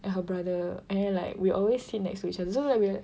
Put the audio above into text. and her brother and then like we always sit next to each other so like we are